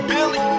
Billy